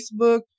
Facebook